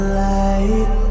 light